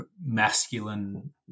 masculine